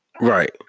Right